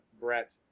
Brett